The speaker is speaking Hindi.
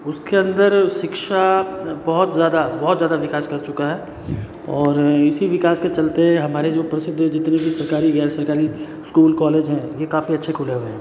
उसके अंदर शिक्षा बहुत ज़्यादा बहुत ज़्यादा विकास कर चुका है और इसी विकास के चलते हमारे जो प्रसिद्ध जितनी भी सरकारी गैर सरकारी स्कूल कॉलेज हैं ये काफ़ी अच्छे खुले हुए हैं